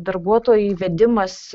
darbuotojų įvedimas